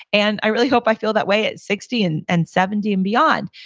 and i really hope i feel that way at sixty and and seventy and beyond.